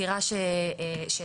זה לא שנעלמנו - הצענו לפרסם קול קורא